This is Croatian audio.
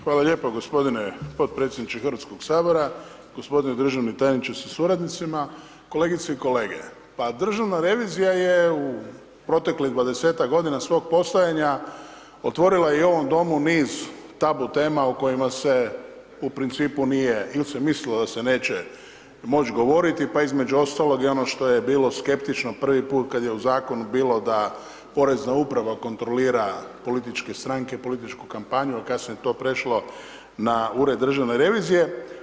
Hvala lijepa g. potpredsjedniče HS. g. Državni tajniče sa suradnicima, kolegice i kolege, pa državna revizija je u proteklih 20-tak godina svog postojanja otvorila i ovom Domu niz tabu tema o kojima se u principu nije, il se mislilo da se neće moć govoriti, pa između ostalo i ono što je bilo skeptično prvi put kad je u zakonu bilo da porezna uprava kontrolira političke stranke, političku kampanju, al kasnije je to prešlo na Ured državne revizije.